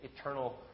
eternal